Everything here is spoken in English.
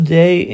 day